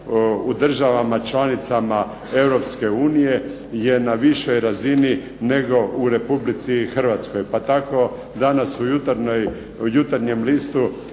u državama članicama Europske unije je na višoj razini nego u Republici Hrvatskoj. Pa tako danas u Jutarnjem listu